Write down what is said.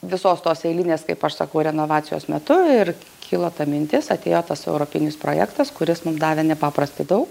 visos tos eilinės kaip aš sakau renovacijos metu ir kilo ta mintis atėjo tas europinis projektas kuris mum davė nepaprastai daug